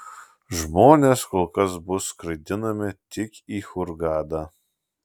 žmonės kol kas bus skraidinami tik į hurgadą